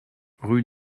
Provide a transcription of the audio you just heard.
rue